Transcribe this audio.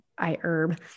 iherb